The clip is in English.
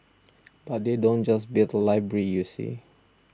but they don't just build a library you see